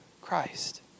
Christ